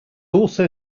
also